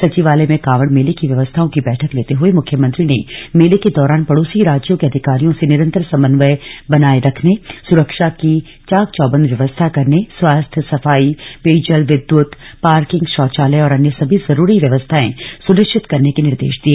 सचिवालय में कांवड़ मेले की व्यवस्थाओं की बैठक लेते हुए मुख्यमंत्री ने मेले के दौरान पड़ोसी राज्यों के अधिकारियों से निरंतर समन्वय बनाये रखने सुरक्षा की चाक चौबंद व्यवस्था करने स्वास्थ्य सफाई पेयजल विद्युत पार्किंग शौचालय और अन्य सभी जरूरी व्यवस्थाएं सुनिश्चित करने के निर्देश दिए